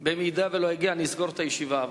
אסגור את הישיבה.